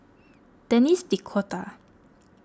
Denis D'Cotta